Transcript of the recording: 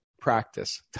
Practice